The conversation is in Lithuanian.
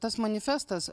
tas manifestas